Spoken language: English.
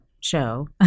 show